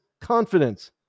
confidence